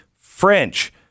French